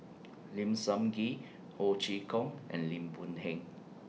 Lim Sun Gee Ho Chee Kong and Lim Boon Heng